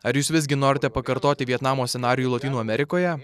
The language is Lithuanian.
ar jūs visgi norite pakartoti vietnamo scenarijų lotynų amerikoje